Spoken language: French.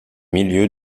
milieu